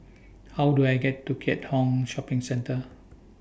How Do I get to Keat Hong Shopping Centre